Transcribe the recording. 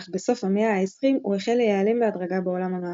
אך בסוף המאה ה-20 הוא החל להיעלם בהדרגה בעולם המערבי.